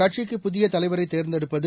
கட்சிக்கு புதியதலைவரைதேர்ந்தெடுப்பது